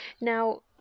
Now